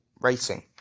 racing